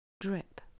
drip